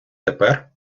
тепер